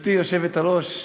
גברתי היושבת-ראש,